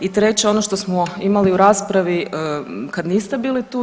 I treće ono što smo imali u raspravi kad niste bili tu.